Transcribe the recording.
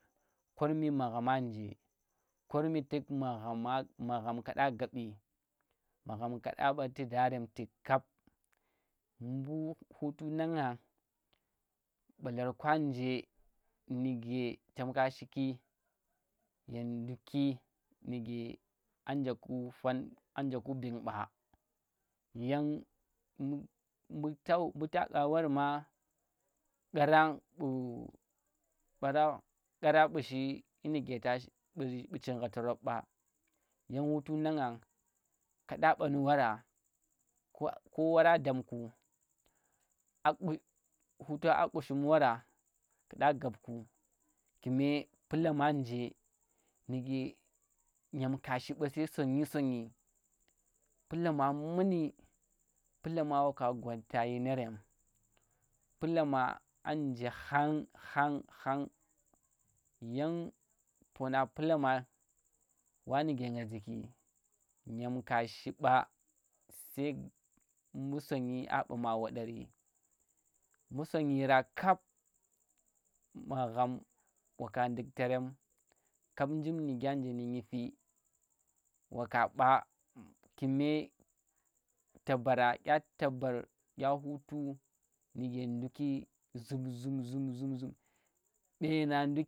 Kwormi magham a nje, kwormi tu̱k magham kaɗa gaɓi, magham ka ɗa mba tu darem tu̱k kap mbu hutu nang ngang, ɓalar kwa nje nuge chem ka shiki, ye nduki, nuge a nje ku fam a nje ku bin ɓa yan mbu ta qu warma qura ɓu̱ barang, quara mbu shi dyi nuge ta shi ɓu chingha torop ɓa. Yang hutu nang ngang kaɗa ɓa nu wara. Ko ko wara dam ku hutang a qushem wara, ku̱ ɗa gapku kume palam a nje nuge nyem ka shi ɓa sai sonnyi sonnyi, palama mu̱ni, palama waka gwanta dyinerem palama a nje khang, khang, khang. Yang pona pulama wa nuge nga zu̱ki, nyem ka shiɓa sai mbu sonyi a ɓa ma waɗari. Nbu sonnyira kap magham waka nduk terem, kap njim nuge a nje nu nyifi, waka ɓa kume tabara day tabr, dya hutu nuge nduki zum, zum, zum, zum, mbena duk